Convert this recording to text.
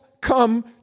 come